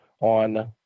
on